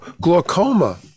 glaucoma